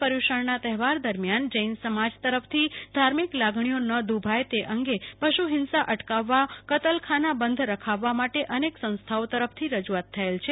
પયુર્ષણના તહેવાર દરમ્યાન જૈન સમાજ તરફથી ધાર્મિક લાગણીઓ ન દુઃભાય તે અંગે પશુ હિંસા અટકાવવા કતલખાના બંધ રખાવવા માટે અનેક સંસ્થાઓ તરફથી રજુઆત થયેલ છે